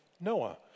Noah